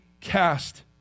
cast